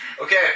Okay